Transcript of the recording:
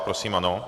Prosím, ano.